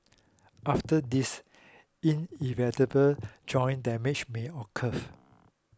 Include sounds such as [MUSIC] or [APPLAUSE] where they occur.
after this irreversible joint damage may occur [NOISE]